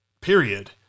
period